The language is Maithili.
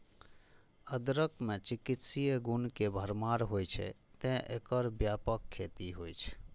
अदरक मे चिकित्सीय गुण के भरमार होइ छै, तें एकर व्यापक खेती होइ छै